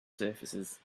surfaces